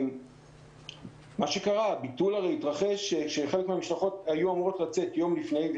הביטול התרחש יום לפני שחלק מהמשלחות היו אמורות לצאת,